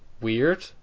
weird